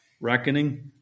Reckoning